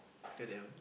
then they have